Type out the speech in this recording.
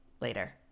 Later